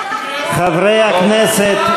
חברי הכנסת.